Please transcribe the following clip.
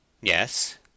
Yes